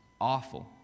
awful